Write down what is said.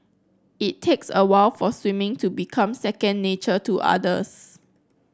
it takes a while for swimming to become second nature to others